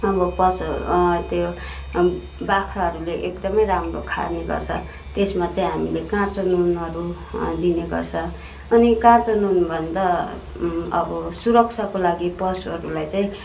अब पशु त्यो बाख्राहरूले एकदमै राम्रो खाने गर्छ त्यसमा चाहिँ हामीले काँचो नुनहरू दिने गर्छ अनि काँचो नुन भन्दा अब सुरक्षाको लागि पशुहरूलाई चाहिँ